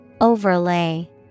Overlay